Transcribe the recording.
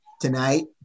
tonight